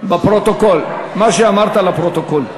בקריאה טרומית,